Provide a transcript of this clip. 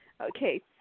Okay